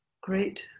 great